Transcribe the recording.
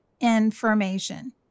information